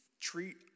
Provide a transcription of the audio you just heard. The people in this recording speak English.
treat